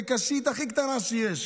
בקשית הכי קטנה שיש,